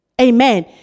Amen